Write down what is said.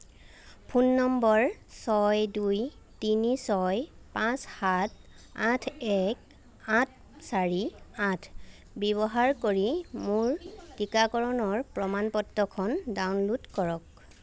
phone নম্বৰ ছয় দুই তিনি ছয় পাঁচ সাত আঠ এক আঠ চাৰি আঠ ব্যৱহাৰ কৰি মোৰ টিকাকৰণৰ প্ৰমাণ পত্ৰখন ডাউনল'ড কৰক